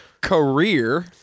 career